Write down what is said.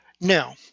Now